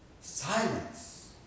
silence